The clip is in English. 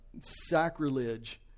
sacrilege